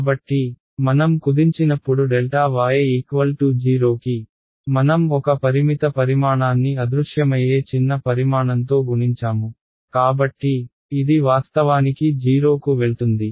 కాబట్టి మనం కుదించినప్పుడు y 0 కి మనం ఒక పరిమిత పరిమాణాన్ని అదృశ్యమయ్యే చిన్న పరిమాణంతో గుణించాము కాబట్టి ఇది వాస్తవానికి 0 కు వెళ్తుంది